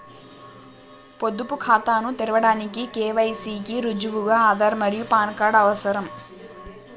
పొదుపు ఖాతాను తెరవడానికి కే.వై.సి కి రుజువుగా ఆధార్ మరియు పాన్ కార్డ్ అవసరం